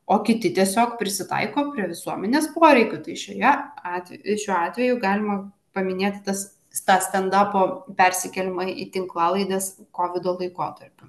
o kiti tiesiog prisitaiko prie visuomenės poreikių tai šioje atve šiuo atveju galima paminėti tas tą standapo persikėlimą į tinklalaides kovido laikotarpiu